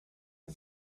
and